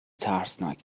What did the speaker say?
ترسناک